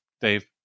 dave